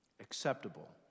Acceptable